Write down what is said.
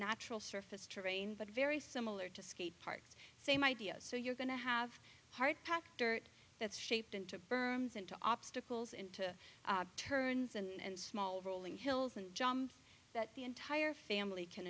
natural surface terrain but very similar to skate parks same idea so you're going to have a hard packed dirt that's shaped into berms into obstacles into turns and small rolling hills and jumps that the entire family can